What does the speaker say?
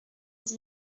dix